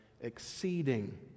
Exceeding